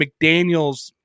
McDaniels